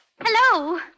Hello